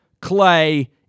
Clay